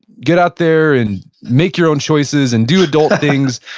get out there and make your own choices, and do adult things.